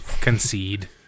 Concede